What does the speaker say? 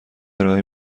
ارائه